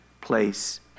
place